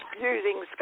using